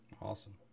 Awesome